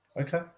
Okay